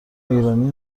ایرانی